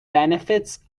benefits